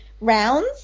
rounds